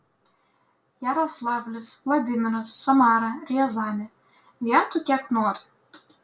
jaroslavlis vladimiras samara riazanė vietų kiek nori